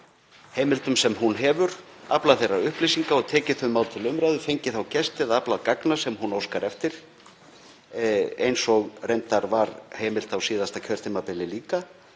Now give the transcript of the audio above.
heimildum sem hún hefur aflað þeirra upplýsinga og tekið þau mál til umræðu, fengið þá gesti eða aflað gagna sem hún óskar eftir, eins og reyndar var líka heimilt á síðasta kjörtímabili.